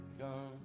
come